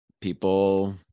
people